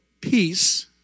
peace